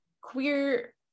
queer